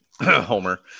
Homer